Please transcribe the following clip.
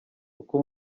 uko